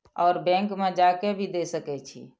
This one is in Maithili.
और बैंक में जा के भी दे सके छी?